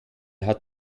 hat